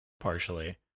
partially